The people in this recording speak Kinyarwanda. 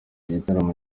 gitaramo